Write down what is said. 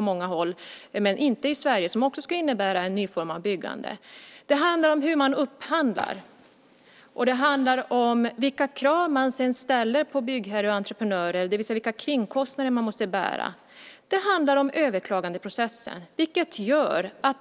många håll i världen men inte i Sverige. Det skulle också innebära en ny form av byggande. Det handlar om hur man upphandlar, och det handlar om vilka krav man sedan ställer på byggherrar och entreprenörer, det vill säga vilka kringkostnader man måste bära. Det handlar om överklagandeprocesser.